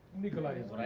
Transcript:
nicolae.